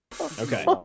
Okay